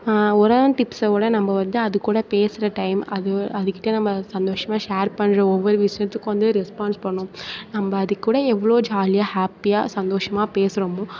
உரம் டிப்ஸை விட நம்ம வந்து அது கூட பேசுகிற டைம் அது அதுகிட்ட நம்ம சந்தோஷமாக ஷேர் பண்ணுற ஒவ்வொரு விஷயத்துக்கும் வந்து ரெஸ்பான்ஸ் பண்ணும் நம்ம அது கூட எவ்வளோ ஜாலியாக ஹேப்பியாக சந்தோஷமாக பேசுகிறோமோ